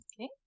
Okay